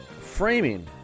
framing